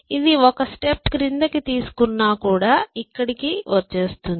ఇది ఒక స్టెప్ క్రిందికి తీసుకున్నా కూడా ఇక్కడకి వచ్చేస్తుంది